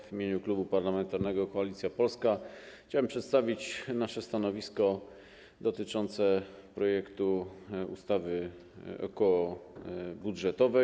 W imieniu Klubu Parlamentarnego Koalicja Polska chciałbym przedstawić nasze stanowisko dotyczące projektu ustawy okołobudżetowej.